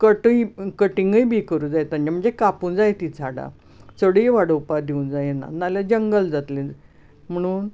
कटींगूय ही करूंक जाय तांचे म्हणजे कापूंक जाय ती झाडां चडूय वाडोवपाक दिवंक जायना नाजाल्यार जंगल जातलें ते म्हणून